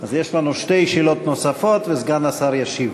אז יש לנו שתי שאלות נוספות, וסגן השר ישיב.